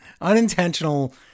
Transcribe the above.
unintentional